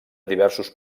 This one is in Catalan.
diversos